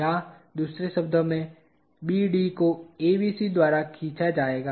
या दूसरे शब्दों में BD को ABC द्वारा खींचा जाएगा